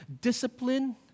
discipline